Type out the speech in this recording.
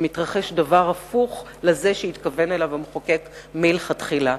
ומתרחש דבר הפוך לזה שהתכוון אליו המחוקק מלכתחילה.